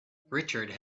richard